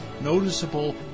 noticeable